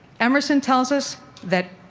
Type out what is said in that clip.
emerson tells us that,